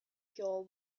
pure